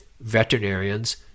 veterinarians